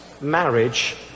marriage